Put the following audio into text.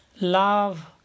love